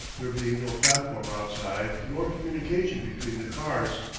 there being no platform outside, nor communication between the cars.